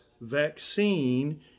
vaccine